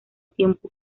tiempo